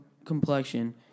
complexion